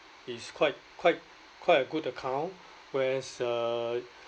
is quite quite quite a good account whereas uh